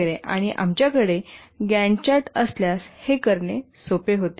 आणि आमच्याकडे Gantt chart असल्यास हे करणे सोपे होते